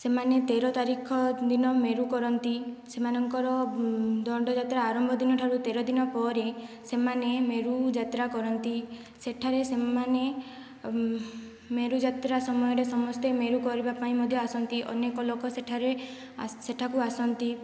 ସେମାନେ ତେର ତାରିଖ ଦିନ ମେରୁ କରନ୍ତି ସେମାନଙ୍କର ଦଣ୍ଡ ଯାତ୍ରା ଆରମ୍ଭ ଦିନଠାରୁ ତେର ଦିନ ପରେ ସେମାନେ ମେରୁ ଯାତ୍ରା କରନ୍ତି ସେଠାରେ ସେମାନେ ମେରୁ ଯାତ୍ରା ସମୟରେ ସମସ୍ତେ ମେରୁ କରିବା ପାଇଁ ମଧ୍ୟ ଆସନ୍ତି ଅନେକ ଲୋକ ସେଠାରେ ସେଠାକୁ ଆସନ୍ତି